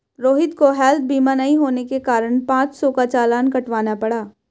रोहित को हैल्थ बीमा नहीं होने के कारण पाँच सौ का चालान कटवाना पड़ा